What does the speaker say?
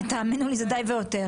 תאמינו לי, זה די והותר.